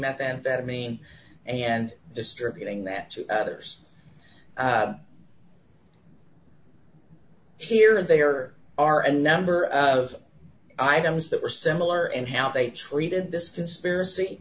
methamphetamine and distributing that others here there are a number of items that were similar in how they treated this conspiracy